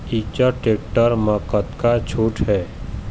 Eicher tractor म कतका छूट हे?